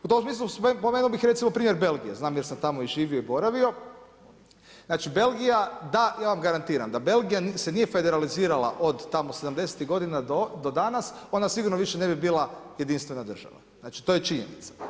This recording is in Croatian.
U tom smislu spomenuo bih recimo primjer Belgije, znam jer sam tamo živio i boravio, znači Belgija, da, ja vam garantiram da Belgija se nije federalizirala od tamo '70. godina do danas, ona sigurno više ne bi bila jedinstvena država, znači to je činjenica.